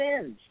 sins